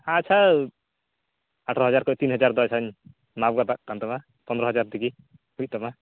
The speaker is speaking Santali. ᱟᱪᱪᱷᱟ ᱟᱴᱷᱟᱨᱚ ᱦᱟᱡᱟᱨ ᱠᱷᱚᱱ ᱛᱤᱱ ᱦᱟᱡᱨ ᱫᱚ ᱟᱪᱪᱷᱟᱧ ᱵᱟᱫ ᱜᱟᱛᱟᱜ ᱠᱟᱱᱟ ᱯᱚᱱᱮᱨᱚ ᱦᱟᱡᱟᱨ ᱛᱮᱜᱮ ᱦᱩᱭᱩᱜ ᱛᱟᱢᱟ